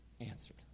answered